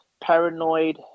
paranoid